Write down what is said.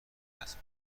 است